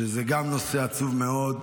שזה גם נושא עצוב מאוד,